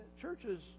churches